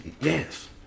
Yes